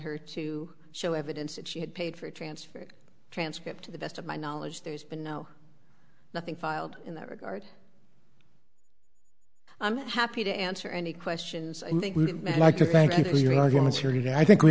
her to show evidence that she had paid for a transfer transcript to the best of my knowledge there's been no nothing filed in that regard i'm happy to answer any questions i think we